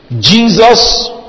Jesus